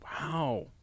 Wow